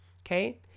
Okay